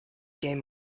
game